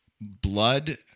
blood